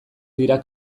dira